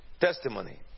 testimony